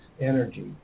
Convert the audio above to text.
energy